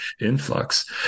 influx